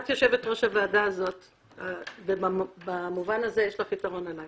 את יושבת-ראש הוועדה ובמובן הזה יש לך יתרון עלי